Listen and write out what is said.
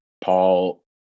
Paul